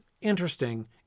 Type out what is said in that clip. interesting